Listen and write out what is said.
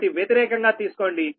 కాబట్టి వ్యతిరేకంగా తీసుకోండి